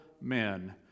men